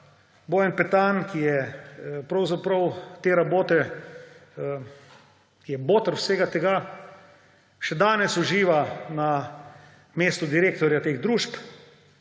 Bojan Petan, ki je pravzaprav boter vsega tega, še danes uživa na mestu direktorja teh družb.